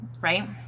right